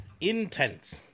Intense